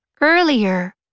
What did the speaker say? earlier